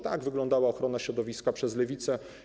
Tak wyglądała ochrona środowiska przez lewicę.